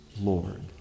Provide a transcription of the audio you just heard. Lord